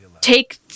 take